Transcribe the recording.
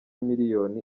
miliyoni